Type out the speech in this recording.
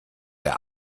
der